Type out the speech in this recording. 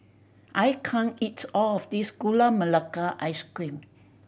I can't eat all of this Gula Melaka Ice Cream